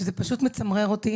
שזה פשוט מצמרר אותי